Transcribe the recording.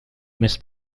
més